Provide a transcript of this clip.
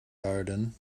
garden